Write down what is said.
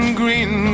green